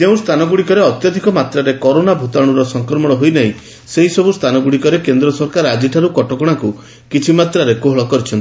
ଯେଉଁ ସ୍ଥାନଗୁଡ଼ିକରେ ଅତ୍ୟଧିକ ମାତ୍ରାରେ କରୋନା ଭୂତାଣୁର ସଂକ୍ରମଣ ହୋଇନାହିଁ ସେହିସବୁ ସ୍ଥାନଗୁଡ଼ିକରେ କେନ୍ଦ୍ର ସରକାର ଆକିଠାରୁ କଟକଣାକୁ କିଛିମାତ୍ରାରେ କୋହଳ କରିଛନ୍ତି